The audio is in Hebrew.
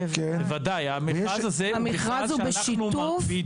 המכרז הוא בשיתוף.